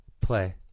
Play